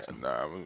Nah